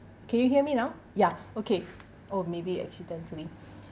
can you hear me now ya okay oh maybe accidentally